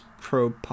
pro